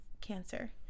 cancer